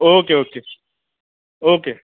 okay okay okay